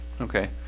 Okay